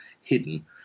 hidden